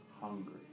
Hungry